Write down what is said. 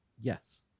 yes